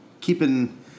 keeping